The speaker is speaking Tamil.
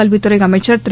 கல்வித்துறை அமைச்சா் திரு